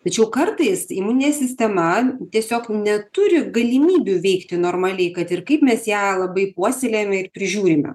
tačiau kartais imuninė sistema tiesiog neturi galimybių veikti normaliai kad ir kaip mes ją labai puoselėjame ir prižiūrime